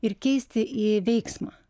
ir keisti į veiksmą